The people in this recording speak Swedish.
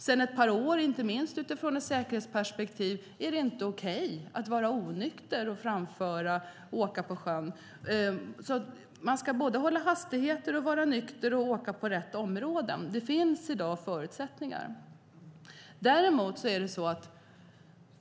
Sedan ett par år är det, inte minst utifrån ett säkerhetsperspektiv, inte okej att vara onykter och framföra en farkost på sjön. Man ska hålla hastigheten, vara nykter och åka i rätt områden. Det finns i dag bestämmelser om det.